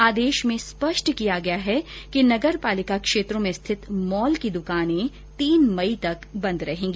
आदेश में स्पष्ट किया गया है कि नगर पालिका क्षेत्रों में स्थित मॉल की दूकानें तीन मई तक बंद रहेंगी